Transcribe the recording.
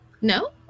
No